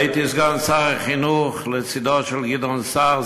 הייתי סגן שר החינוך לצדו של גדעון סער,